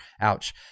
Ouch